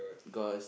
cause